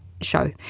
Show